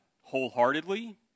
wholeheartedly